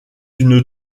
une